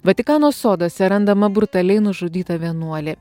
vatikano soduose randama brutaliai nužudyta vienuolė